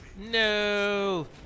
no